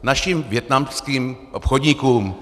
Našim vietnamským obchodníkům.